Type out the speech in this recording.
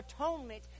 atonement